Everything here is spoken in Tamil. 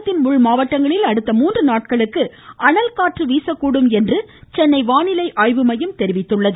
தமிழகத்தின் உள் மாவட்டங்களில் அடுத்த மூன்று நாட்களுக்கு அனல் காற்று வீசக்கூடும் என்று சென்னை வானிலை ஆய்வு மையம் தெரிவித்துள்ளது